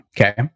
Okay